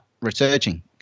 researching